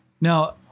Now